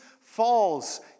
falls